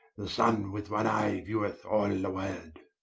the sunne with one eye vieweth all the world.